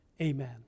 Amen